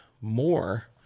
more